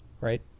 right